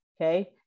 Okay